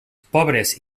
pobres